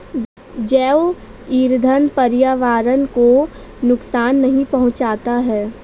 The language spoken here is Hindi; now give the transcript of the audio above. जैव ईंधन पर्यावरण को नुकसान नहीं पहुंचाता है